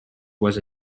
was